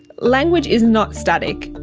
language is not static,